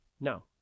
no